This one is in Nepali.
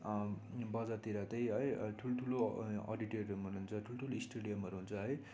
बजारतिर त है ठुल्ठुलो अडिटोरियमहरू हुन्छ ठुल्ठुलो स्टेडियमहरू हुन्छ है